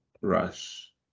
Rush